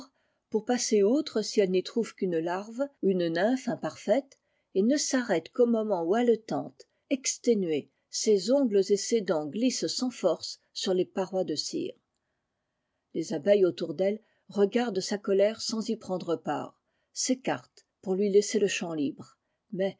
pour passer outre si elle n'y trouve qu'une larve ou une nymphe imparfaite et ne s'arrête qu'au moment où haletante exténuée ses ongles et ses dents glissent sans force sur les parois de cire les abeilles autour d'elle regardent sa colère sans y prendre part s'écartent pour lui laisser le champ libre mais